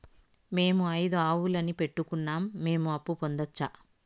మేము ఐదు ఆవులని పెట్టుకున్నాం, మేము అప్పు పొందొచ్చా